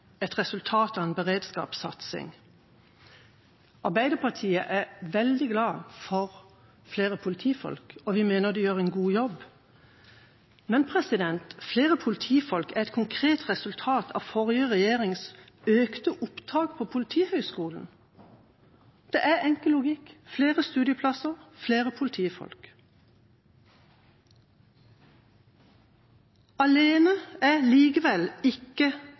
beredskapssatsing. Arbeiderpartiet er veldig glad for flere politifolk, og vi mener de gjør en god jobb, men flere politifolk er et konkret resultat av forrige regjerings økte opptak til Politihøgskolen. Det er enkel logikk – flere studieplasser, flere politifolk. Alene er likevel ikke